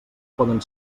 poden